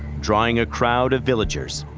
drawing a crowd of villagers,